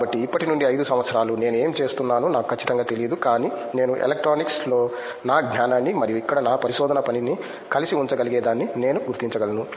కాబట్టి ఇప్పటి నుండి 5 సంవత్సరాలు నేను ఏమి చేస్తున్నానో నాకు ఖచ్చితంగా తెలియదు కాని నేను ఎలక్ట్రానిక్స్లో నా జ్ఞానాన్ని మరియు ఇక్కడ నా పరిశోధన పనిని కలిసి ఉంచగలిగేదాన్ని నేను గుర్తించగలను